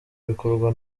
bikorwa